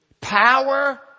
Power